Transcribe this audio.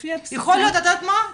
את יודעת מה,